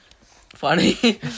funny